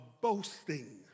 boasting